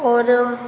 और